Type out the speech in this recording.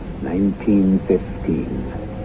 1915